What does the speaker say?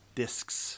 discs